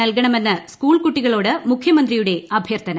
നൽകണമെന്ന് സ്കൂൾ കൂട്ടികളോട് മുഖ്യമന്ത്രിയുടെ അഭ്യർത്ഥന